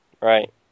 Right